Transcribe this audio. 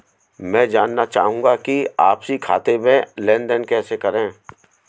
मैं जानना चाहूँगा कि आपसी खाते में लेनदेन कैसे करें?